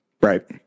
Right